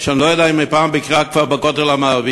שאני לא יודע אם היא כבר ביקרה פעם בכותל המערבי,